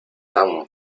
tan